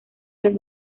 del